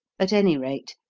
at any rate,